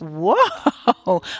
whoa